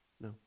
No